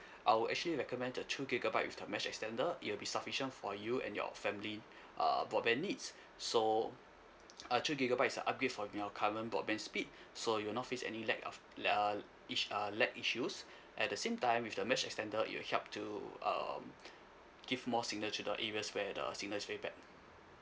I would actually recommend the two gigabyte with the mesh extender it'll be sufficient for you and your family uh broadband needs so uh two gigabyte is a upgrade from your current broadband speed so you will not face any lack of uh uh each uh lag issues at the same time with the mesh extender it'll help to um give more signal to the areas where the signal is very bad